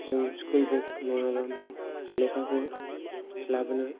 जों school bag नङाब्ला लेखाखौ लाबोनो